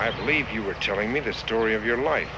i believe you were telling me the story of your li